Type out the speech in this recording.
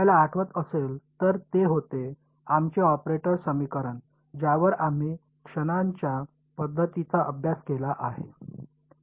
आपल्याला आठवत असेल तर ते होते आमचे ऑपरेटर समीकरण ज्यावर आम्ही क्षणांच्या पद्धतीचा अभ्यास केला आहे